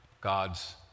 God's